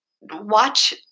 watch